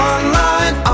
Online